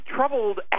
Troubled